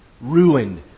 ruined